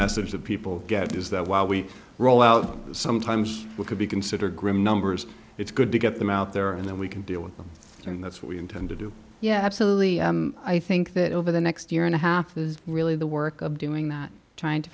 message that people get is that while we roll out sometimes we could be considered grim numbers it's good to get them out there and then we can deal with them and that's what we intend to do yeah absolutely i think that over the next year and a half is really the work of doing that trying to